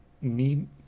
need